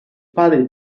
padre